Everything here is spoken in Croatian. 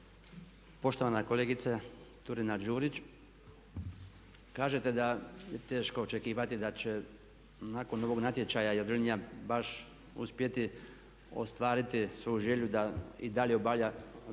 poštovana kolegice Turina Đurić. Kažete da je teško očekivati da će nakon ovog natječaja Jadrolinija baš uspjeti ostvariti svoju želju da i dalje obavlja pomorski